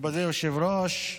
מכובדי היושב-ראש,